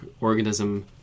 organism